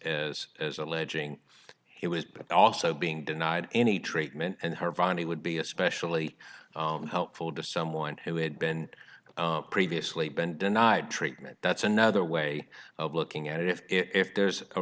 as alleging it was but also being denied any treatment and her body would be especially helpful to someone who had been previously been denied treatment that's another way of looking at it if there's a